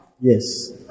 Yes